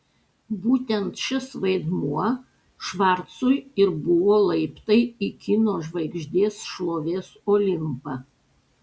būtent šis vaidmuo švarcui ir buvo laiptai į kino žvaigždės šlovės olimpą